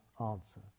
answer